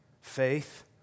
faith